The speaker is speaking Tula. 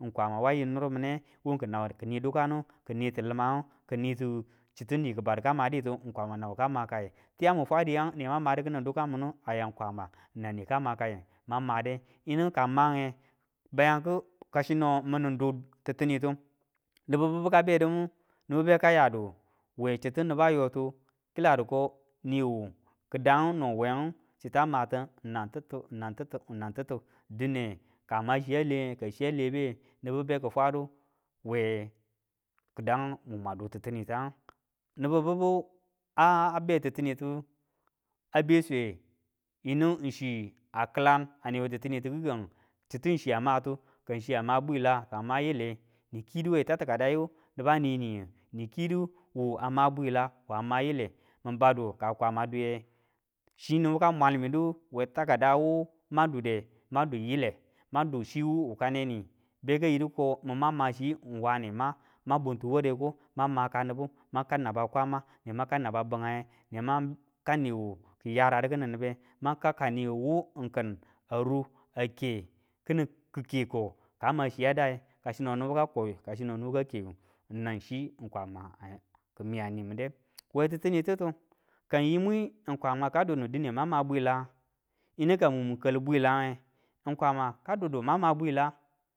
Kwama wa yim nur mine wu kinau kini dukane ki nitu binangu ki nitu chitu niku badu ka maditu ng kwama nau ka makaye. Tiyangu mun twadiyang ane mang madu kini dukan minu aya kwama nan ni ka makaye mang made yinu kang nge kasino minin du titinito nibi bibu ka bedimu nibu beka yadu we chitu niba yotu ko niwu ki dangu no ng wengu chita matu, nan titu ng nang titu, nang titu, dine ka man chiya lenge ka chiya lebe nibu beki fwadu we kidangu mumwangu du titiniyangu. nibu bibu a be titinitu a be swe yimu ng chi a kilang a newe titinitu kikangu chitu chiya, madu ka ma bwila ka ma yile ni kidu we tati ki dayu niba niniyu, ni kidu wu a ma bwila wu a ma yile min badu ka kwama duiye chi nibu ka mwalmidu we taki da wu mang dude man du yile, mang du chiwu wu kane ni beka yidu ko mang ma hci wane ma mang bunti ware ko, mang maka nibu manh kau naba kwama, ne mang kau naba bingaiye, nemang kau miwu ki yaradu kini nibe, mang kau ka, niwu ng kin a ru a ke kini ki keko ka ma chiya dai, kasino nibu ka koyu kasino nibu ka keyu nang chi ng kwama ki miya nimin de. We titinititu ka yimwi kwama ka dunmu dine mwang ma bwila yinu ka muning kal bwilage ng kwama ka dunu mang ma bwila.